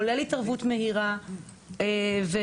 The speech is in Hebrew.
כולל התערבות מהירה וניתוב,